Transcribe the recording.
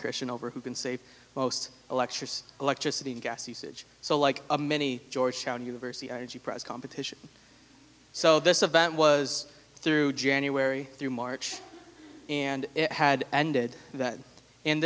christian over who can save most electric electricity and gas usage so like a mini georgetown university press competition so this event was through january through march and it had ended that and